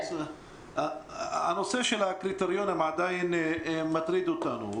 הנושא של הקריטריונים עדיין מטריד אותנו,